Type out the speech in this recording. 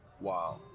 Wow